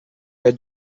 your